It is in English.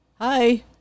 Hi